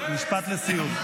משפט לסיום,